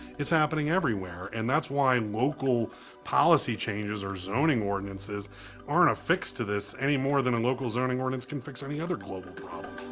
it's happening everywhere. and that's why local policy changes or zoning ordinances aren't a fix to this anymore than a local zoning ordinance can fix any other global problem.